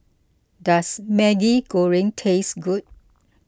does Maggi Goreng taste good